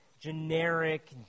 generic